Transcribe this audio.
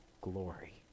glory